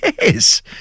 Yes